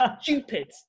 stupid